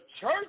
church